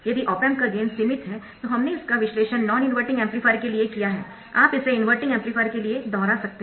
यदि op amp का gain सीमित है तो हमने इसका विश्लेषण नॉन इनवर्टिंग एम्पलीफायर के लिए किया है आप इसे इनवर्टिंग एम्पलीफायर के लिए दोहरा सकते है